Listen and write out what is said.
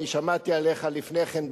ושמעתי עליך לפני כן,